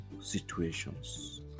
situations